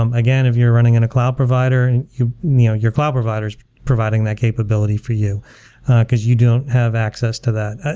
um again, if you're running in cloud provider, and you know your cloud provider is providing that capability for you because you don't have access to that.